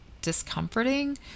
discomforting